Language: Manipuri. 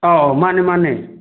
ꯑꯧ ꯃꯥꯅꯦ ꯃꯥꯅꯦ